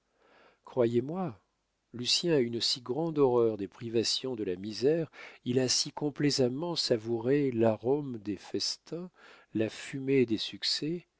croyez-moi lucien a une si grande horreur des privations de la misère il a si complaisamment savouré l'arome des festins la fumée des succès